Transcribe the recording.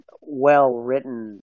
well-written